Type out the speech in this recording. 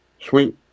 sweet